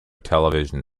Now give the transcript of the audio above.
television